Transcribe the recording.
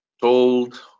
told